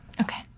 Okay